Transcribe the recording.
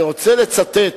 אני רוצה לצטט